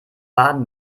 baden